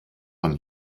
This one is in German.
von